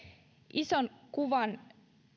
ison kuvan